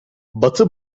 batı